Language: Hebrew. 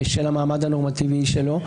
בשל המעמד הנורמטיבי שלו,